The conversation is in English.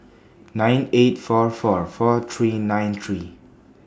nine eight four four four three nine three